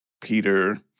Peter